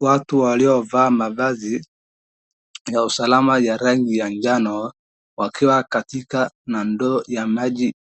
Watu waliovaa mavazi, ya usalama ya rangi ya jano, wakiwa katika mandoo ya maji